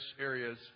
areas